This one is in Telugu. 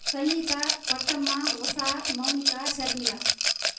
సంగీత పొట్టమ్మ ఉష మౌనిక షర్మిల